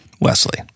Wesley